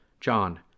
John